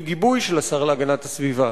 שגיבש עכשיו בגיבוי של השר להגנת הסביבה,